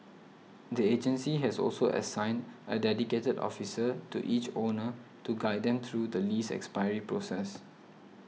the agency has also assigned a dedicated officer to each owner to guide them through the lease expiry process